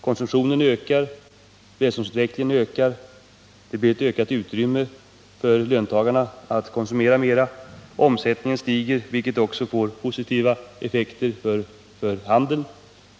Konsumtionen ökar, välståndsutvecklingen ökar, löntagarna får ett ökat utrymme att konsumera mer, omsättningen stiger, vilket också får positiva effekter för handeln.